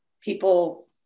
people